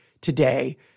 today